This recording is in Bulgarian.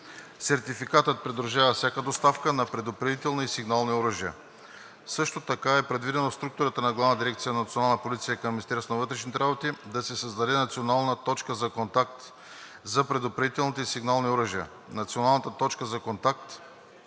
Сертификатът придружава всяка доставка на предупредителни и сигнални оръжия. Също така е предвидено в структурата на Главна дирекция „Национална полиция“ към МВР да се създаде национална точка за контакт за предупредителните и сигналните оръжия. Националната точка за контакт